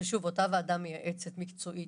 אותה ועדה מייעצת מקצועית